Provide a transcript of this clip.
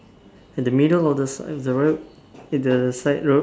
in the middle of the side of the road at the side road